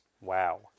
Wow